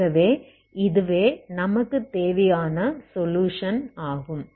ஆகவே இதுவே நமக்கு தேவையான சொலுயுஷன் ஆகும்